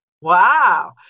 Wow